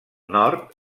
nord